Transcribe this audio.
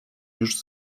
już